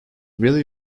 really